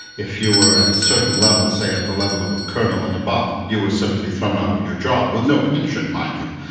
if you were at a certain level, say, at the level of a colonel or and above, you were simply thrown out of your job, with no pension mind you.